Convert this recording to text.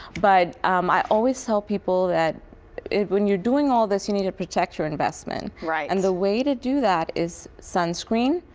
but um i always tell people that when you're doing all this, you need to protect your investment, and and the way to do that is sunscreen,